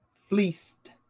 fleeced